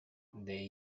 the